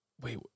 wait